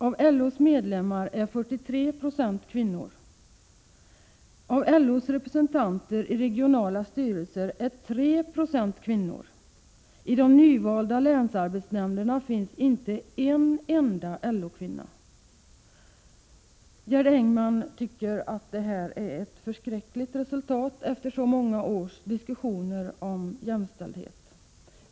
Av LO:s medlemmar är 43 96 kvinnor och av LO:s representanter i regionala styrelser är 3 20 kvinnor. I de nyvalda länsarbetsnämnderna finns inte en enda LO-kvinna. Gerd Engman tycker att det här är ett förskräckligt resultat efter så många — Prot. 1986/87:122 års diskussioner om jämställdhet.